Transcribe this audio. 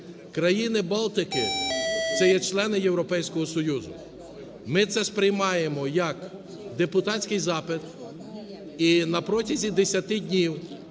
Країни Балтики це є члени Європейського Союзу. Ми це сприймаємо як депутатський запит, і на протязі 10 днів